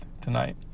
tonight